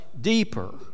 deeper